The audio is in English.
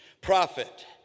prophet